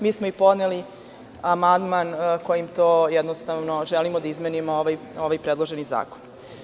Mi smo i podneli amandman kojim to jednostavno želimo da izmenimo ovaj predloženi zakon.